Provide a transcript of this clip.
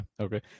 Okay